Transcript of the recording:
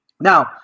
now